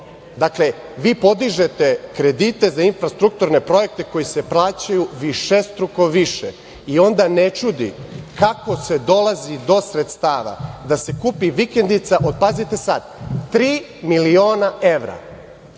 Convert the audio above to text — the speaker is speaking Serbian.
toga. Dakle, vi podižete kredite za infrastrukturne projekte koji se plaćaju višestruko više i onda ne čudi kako se dolazi do sredstava da se kupi vikendica od, pazite sad, tri miliona evra.